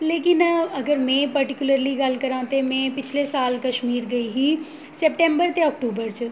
लेकिन अगर में पर्टीकूलर्ली गल्ल करां ते में पिछले साल कश्मीर गेई ही सैपटेंबर ते अक्टूबर च